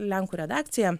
lenkų redakcija